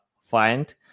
find